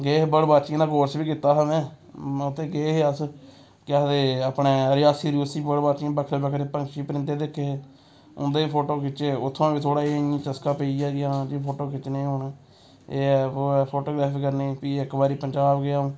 गे हे bird watching दा कोर्स बी कीता हा में उत्थे गे हे अस केह् आखदे अपने रियासी रियासी बर्ड बाचिंग बक्खरे बक्खरे पक्षी परिंदे दिक्खे हे उंदे फोटो खिच्चे उत्थुआं बी थोह्ड़ा एह् इ'यां चस्का पेई गेआ जी हां फोटो खिच्चने हून एह् ऐ वो ऐ फोटोग्राफी करने फ्ही इक बारी पंजाब गेआ अ'ऊं